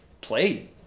played